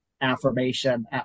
affirmation